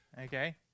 Okay